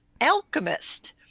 alchemist